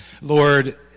Lord